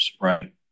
right